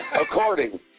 According